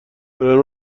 رنو